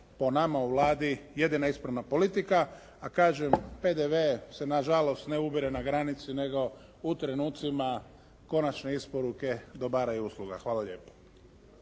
po nama u Vladi jedina ispravna politika, a kažem PDV se na žalost ne ubire na granici, nego u trenucima konačne isporuke dobara i usluga. Hvala lijepo.